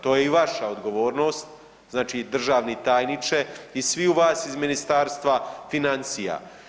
To je i vaša odgovornost, znači državni tajniče i sviju vas iz Ministarstva financija.